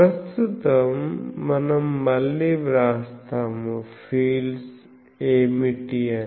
ప్రస్తుతం మనం మళ్ళీ వ్రాస్తాము ఫీల్డ్స్ ఏమిటి అని